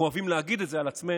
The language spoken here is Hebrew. אנחנו אוהבים להגיד את זה על עצמנו,